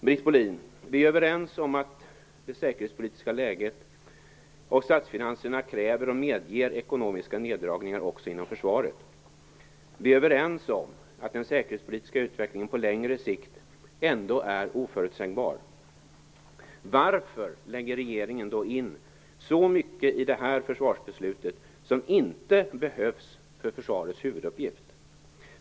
Britt Bohlin, vi är överens om att det säkerhetspolitiska läget och statsfinanserna kräver och medger ekonomiska neddragningar också inom försvaret. Vi är överens om att den säkerhetspolitiska utvecklingen på längre sikt ändå är oförutsägbar. Varför lägger regeringen då in så mycket i det här försvarsbeslutet som inte behövs för försvarets huvuduppgift?